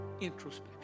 introspection